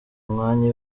mwanya